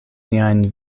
niajn